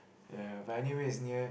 ya by anyway is near